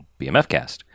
bmfcast